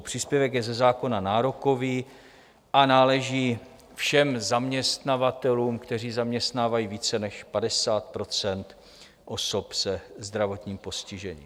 Příspěvek je ze zákona nárokový a náleží všem zaměstnavatelům, kteří zaměstnávají více než 50 % osob se zdravotním postižením.